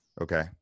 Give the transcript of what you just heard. Okay